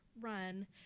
run